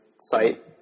site